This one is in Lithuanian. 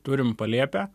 turim palėpę